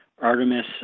Artemis